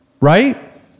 Right